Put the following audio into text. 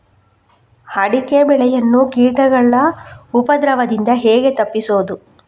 ಅಡಿಕೆ ಬೆಳೆಯನ್ನು ಕೀಟಗಳ ಉಪದ್ರದಿಂದ ಹೇಗೆ ತಪ್ಪಿಸೋದು?